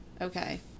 Okay